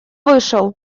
вышел